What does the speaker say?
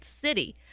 City